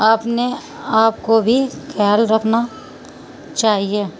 اپنے آپ کو بھی خیال رکھنا چاہیے